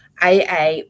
AA